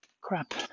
Crap